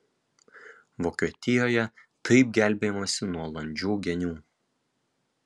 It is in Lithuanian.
vokietijoje taip gelbėjamasi nuo landžių genių